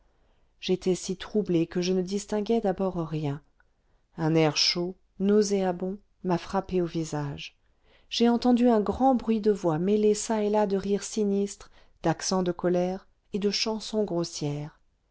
j'étais si troublé que je ne distinguai d'abord rien un air chaud nauséabond m'a frappé au visage j'ai entendu un grand bruit de voix mêlé çà et là de rires sinistres d'accents de colère et de chansons grossières